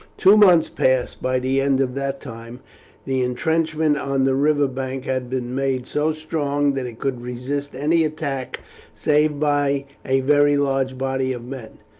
two months passed. by the end of that time the intrenchment on the river bank had been made so strong that it could resist any attack save by a very large body of men.